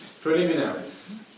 preliminaries